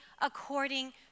according